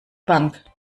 bank